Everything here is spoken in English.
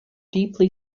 deeply